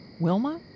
Wilma